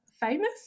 famous